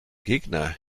gegner